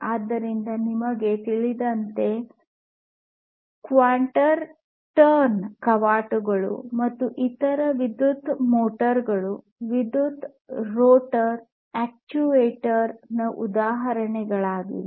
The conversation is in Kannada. ಆದ್ದರಿಂದ ನಿಮಗೆ ತಿಳಿದಂತೆ ಕ್ವಾರ್ಟರ್ ಟರ್ನ್ ಕವಾಟಗಳು ಮತ್ತು ಇತರ ವಿದ್ಯುತ್ ಮೋಟರ್ಗಳು ವಿದ್ಯುತ್ ರೋಟರ್ ಅಕ್ಚುಯೇಟರ್ ನ ಉದಾಹರಣೆಗಳಾಗಿವೆ